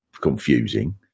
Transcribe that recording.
confusing